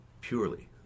purely